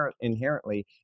inherently